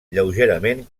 lleugerament